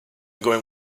going